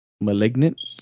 Malignant